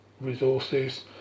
resources